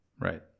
Right